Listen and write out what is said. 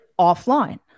offline